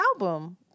album